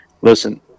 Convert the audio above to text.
listen